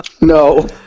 no